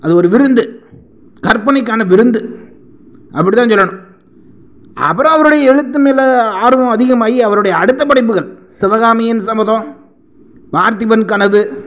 அது ஒரு விருந்து கற்பனைக்கான விருந்து அப்படிதான் சொல்லணும் அப்புறம் அவரோடைய எழுத்து மேலே ஆர்வம் அதிகமாயி அவருடைய அடுத்த படைப்புகள் சிவகாமியின் சபதம் பார்த்திபன் கனவு